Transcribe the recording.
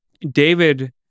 David